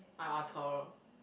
I'll ask her